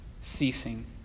ceasing